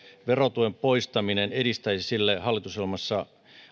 verotuen poistaminen ei edistäisi sille hallitusohjelmassa